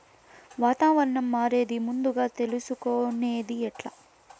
వాతావరణం మారేది ముందుగా తెలుసుకొనేది ఎట్లా?